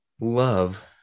love